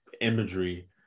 imagery